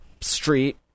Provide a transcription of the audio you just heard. Street